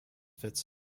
fits